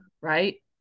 right